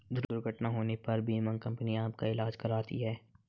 दुर्घटना होने पर बीमा कंपनी आपका ईलाज कराती है